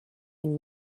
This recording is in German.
ihn